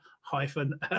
hyphen